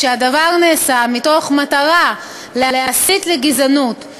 כשהדבר נעשה מתוך מטרה להסית לגזענות,